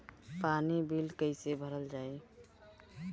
पानी बिल कइसे भरल जाई?